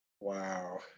Wow